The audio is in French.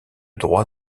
droit